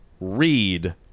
Read